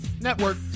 Network